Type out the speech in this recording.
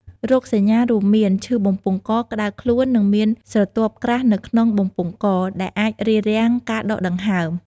រោគសញ្ញារួមមាន ឈឺបំពង់ក ក្តៅខ្លួន និងមានស្រទាប់ក្រាស់នៅក្នុងបំពង់ក ដែលអាចរារាំងការដកដង្ហើម។